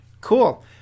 cool